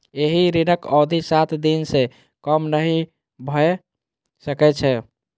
एहि ऋणक अवधि सात दिन सं कम नहि भए सकै छै